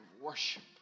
worship